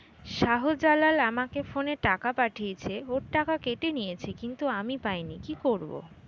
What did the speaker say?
শাহ্জালাল আমাকে ফোনে টাকা পাঠিয়েছে, ওর টাকা কেটে নিয়েছে কিন্তু আমি পাইনি, কি করব?